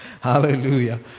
Hallelujah